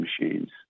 machines